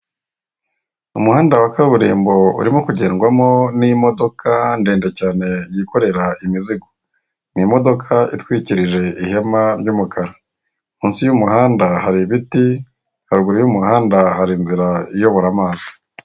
Umuhanda wa kaburimbo urimo kugendwamo n'imodoka ndende cyane, yikorera imizigo. Ni imodoka itwikirije ihema ry'umukara. Munsi y'umuhanda hari ibiti, haraguru y'umuhanda hari inzira iyobora amazi.